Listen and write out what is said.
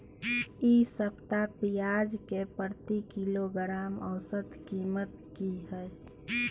इ सप्ताह पियाज के प्रति किलोग्राम औसत कीमत की हय?